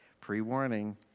pre-warning